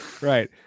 right